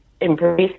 embrace